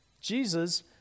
Jesus